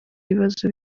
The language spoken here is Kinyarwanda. ibibazo